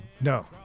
No